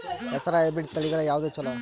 ಹೆಸರ ಹೈಬ್ರಿಡ್ ತಳಿಗಳ ಯಾವದು ಚಲೋ?